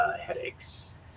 headaches